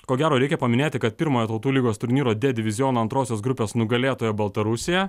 ko gero reikia paminėti kad pirmąją tautų lygos turnyro d diviziono antrosios grupės nugalėtoja baltarusija